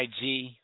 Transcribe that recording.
IG